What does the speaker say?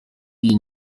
iyo